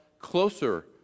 closer